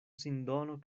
sindono